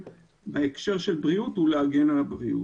בהקשר של בריאות היא להגן על הבריאות.